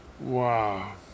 Wow